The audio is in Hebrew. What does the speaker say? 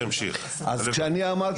שאני מכיר